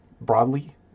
broadly